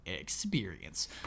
experience